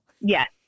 Yes